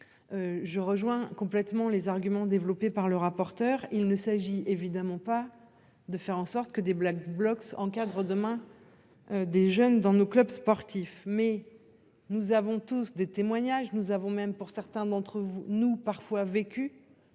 Je rejoins complètement les arguments développés par le rapporteur. Il ne s'agit évidemment pas de faire en sorte que des Black blocs encadre demain. Des jeunes dans nos clubs sportifs mais nous avons tous des témoignages. Nous avons même pour certains d'entre nous parfois vécu.